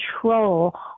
control